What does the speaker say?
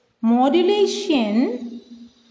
modulation